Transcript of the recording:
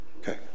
Okay